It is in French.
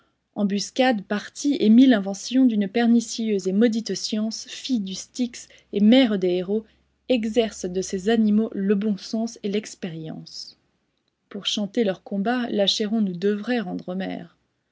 espions embuscades partis et mille inventions d'une pernicieuse et maudite science fille du styx et mère des héros exercent de ces animaux le bon sens et l'expérience pour chanter leurs combats l'achéron nous devrait rendre homère